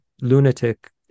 lunatic